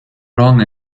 wrong